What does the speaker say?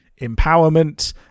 empowerment